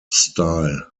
style